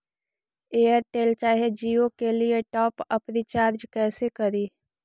Airtel चाहे जियो के लिए टॉप अप रिचार्ज़ कैसे करी?